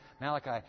Malachi